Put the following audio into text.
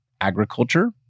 agriculture